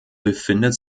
befindet